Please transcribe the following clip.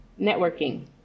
networking